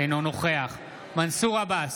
אינו נוכח מנסור עבאס,